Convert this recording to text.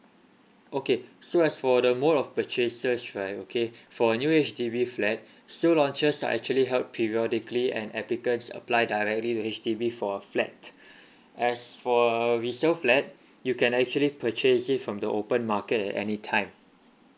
okay so as for the mode of purchases right okay for a new H_D_B flat sale launches are actually held periodically and applicants apply directly with H_D_B for a flat as for a resale flat you can actually purchase it from the open market at any time